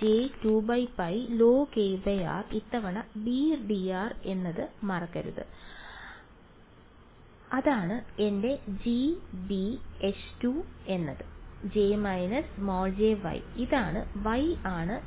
j2π log ഇത്തവണ b dr എന്നത് മറക്കരുത് അതാണ് എന്റെ G b H എന്നത് J − jY ഇതാണ് Y ആണ് ഇവിടെ